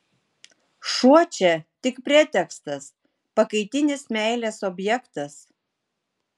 šuo čia tik pretekstas pakaitinis meilės objektas